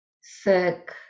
sick